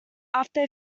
after